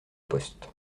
poste